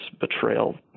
betrayal